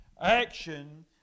action